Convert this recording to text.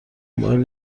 مایل